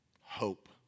hope